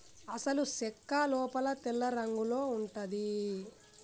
అసలు సెక్క లోపల తెల్లరంగులో ఉంటది